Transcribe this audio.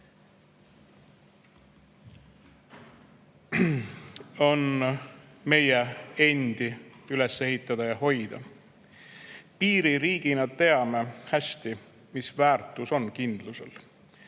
on meie endi üles ehitada ja hoida. Piiririigina teame hästi, mis väärtus on kindlusel.